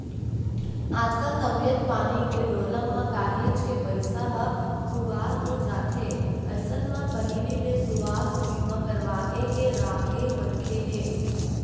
आजकल तबीयत पानी के डोलब म काहेच के पइसा ह खुवार हो जाथे अइसन म पहिली ले सुवास्थ बीमा करवाके के राखे मनखे ह